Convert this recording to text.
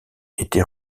était